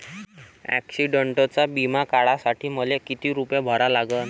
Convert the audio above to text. ॲक्सिडंटचा बिमा काढा साठी मले किती रूपे भरा लागन?